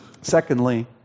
Secondly